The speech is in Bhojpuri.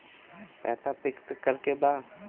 पैसा पिक्स करके बा?